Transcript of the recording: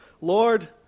Lord